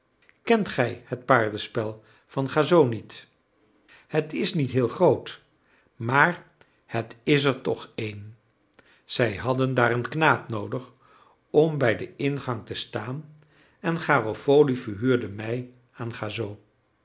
kent gij het paardenspel van gassot niet het is niet heel groot maar het is er toch een zij hadden daar een knaap noodig om bij den ingang te staan en garofoli verhuurde mij aan gassot